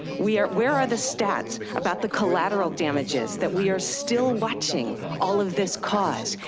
we are, where are the stats about the collateral damages that we are still watching all of this cause,